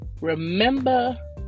Remember